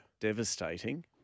devastating